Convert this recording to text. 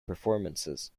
performances